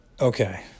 Okay